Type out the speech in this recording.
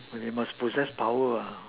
but you must possess power ah